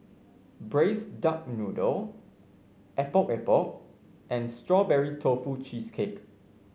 Braised Duck Noodle Epok Epok and Strawberry Tofu Cheesecake